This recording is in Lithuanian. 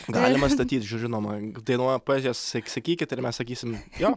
galima statyt žinoma dainuojamoji poezija sak sakykit ir mes sakysim jo